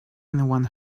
anyone